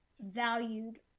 valued